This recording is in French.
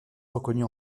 reconnue